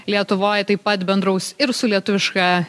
lietuvoj taip pat bendraus ir su lietuviška